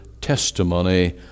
testimony